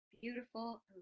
beautiful